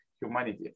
humanity